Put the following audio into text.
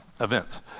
events